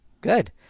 Good